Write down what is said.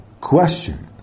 question